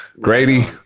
Grady